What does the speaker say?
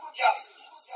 justice